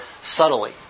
subtly